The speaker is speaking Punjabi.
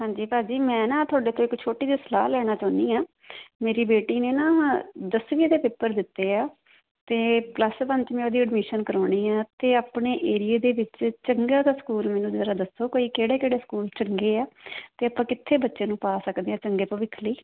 ਹਾਂਜੀ ਭਾਅ ਜੀ ਮੈਂ ਨਾ ਤੁਹਾਡੇ ਤੋਂ ਇੱਕ ਛੋਟੀ ਜਿਹੀ ਸਲਾਹ ਲੈਣਾ ਚਾਹੁੰਦੀ ਹਾਂ ਮੇਰੀ ਬੇਟੀ ਨੇ ਨਾ ਦਸਵੀਂ ਦੇ ਪੇਪਰ ਦਿੱਤੇ ਆ ਅਤੇ ਪਲੱਸ ਵਨ 'ਚ ਮੈਂ ਉਹਦੀ ਐਡਮਿਸ਼ਨ ਕਰਵਾਉਣੀ ਆ ਅਤੇ ਆਪਣੇ ਏਰੀਏ ਦੇ ਵਿੱਚ ਚੰਗਾ ਜਾ ਸਕੂਲ ਮੈਨੂੰ ਜਰਾ ਦੱਸੋ ਕੋਈ ਕਿਹੜੇ ਕਿਹੜੇ ਸਕੂਲ ਚੰਗੇ ਆ ਅਤੇ ਆਪਾਂ ਕਿੱਥੇ ਬੱਚੇ ਨੂੰ ਪਾ ਸਕਦੇ ਹਾਂ ਚੰਗੇ ਭਵਿੱਖ ਲਈ